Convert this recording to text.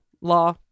law